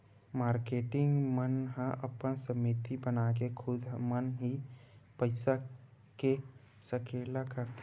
marketing मन ह अपन समिति बनाके खुद म ही पइसा के सकेला करथे